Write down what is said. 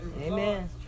amen